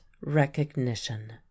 recognition